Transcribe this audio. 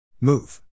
Move